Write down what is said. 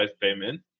payment